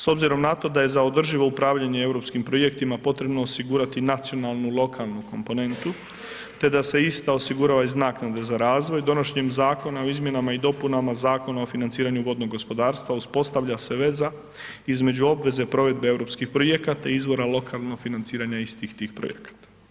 S obzirom na to da je za održivo upravljanje europskim projektima potrebno osigurati nacionalnu lokalnu komponentu, te da se ista osigurava iz naknade za razvoj, donošenjem Zakona o izmjenama i dopunama Zakona o financiranju vodnog gospodarstva uspostavlja se veza između obveze provedbe europskih projekata izvora lokalno financiranje istih tih projekata.